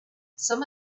some